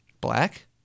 Black